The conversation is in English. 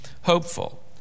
Hopeful